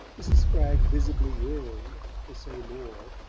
mrs. spragg visibly yearned to say more,